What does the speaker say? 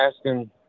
asking